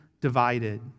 divided